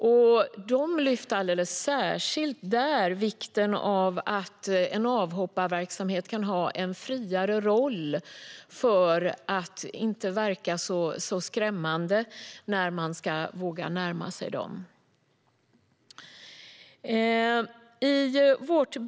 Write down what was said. Där lyfte man alldeles särskilt fram vikten av att en avhopparverksamhet kan ha en friare roll och på det sättet verka mindre skrämmande när människor ska våga närma sig den.